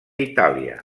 itàlia